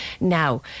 Now